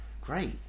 Great